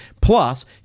Plus